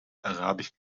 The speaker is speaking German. arabisch